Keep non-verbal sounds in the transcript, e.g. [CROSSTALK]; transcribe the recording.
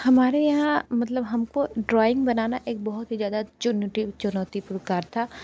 हमारे यहाँ मतलब हमको ड्रॉइंग बनाना एक बहुत ही ज़्यादा [UNINTELLIGIBLE] चुनौती पूर्ण कार्य था